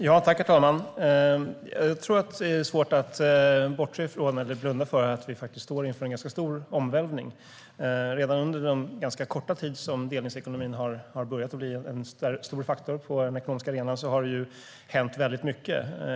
Herr talman! Jag tror att det är svårt att bortse från eller blunda för att vi faktiskt står inför en ganska stor omvälvning. Redan under den ganska korta tid som delningsekonomin har börjat bli en stor faktor på den ekonomiska arenan har det hänt mycket.